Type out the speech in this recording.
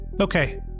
Okay